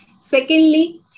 Secondly